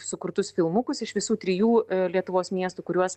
sukurtus filmukus iš visų trijų lietuvos miestų kuriuos